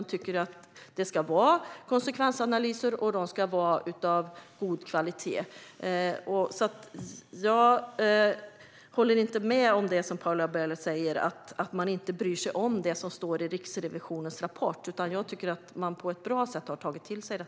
Vi tycker att det ska göras konsekvensanalyser, och de ska vara av god kvalitet. Jag håller inte med om det som Paula Bieler säger, att man inte bryr sig om det som står i Riksrevisionens rapport, utan jag tycker att man på ett bra sätt har tagit till sig det.